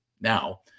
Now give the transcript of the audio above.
now